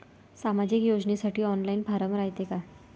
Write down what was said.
सामाजिक योजनेसाठी online form रायते का?